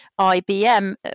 IBM